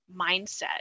mindset